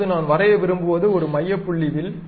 இப்போது நான் வரைய விரும்புவது ஒரு மைய புள்ளி வில்